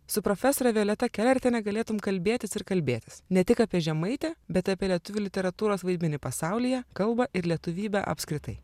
su profesore violeta kelertienė galėtum kalbėtis ir kalbėtis ne tik apie žemaitę bet apie lietuvių literatūros vaidmenį pasaulyje kalbą ir lietuvybę apskritai